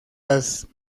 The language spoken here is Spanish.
las